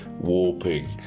warping